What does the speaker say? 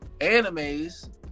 animes